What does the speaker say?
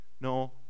No